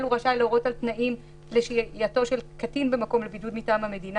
רשאי לאשר תנאים לשהייתו של קטין במקום לבידוד מטעם המדינה,